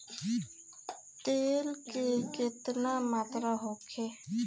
तेल के केतना मात्रा होखे?